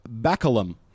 baculum